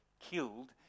killed